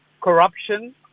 corruption